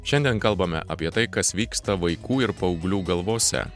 šiandien kalbame apie tai kas vyksta vaikų ir paauglių galvose